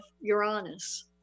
Uranus